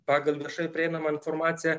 pagal viešai prieinamą informaciją